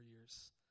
years